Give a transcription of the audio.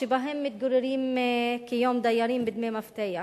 שבהם מתגוררים כיום דיירים בדמי מפתח.